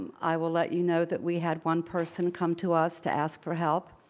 i will let you know that we had one person come to us to ask for help.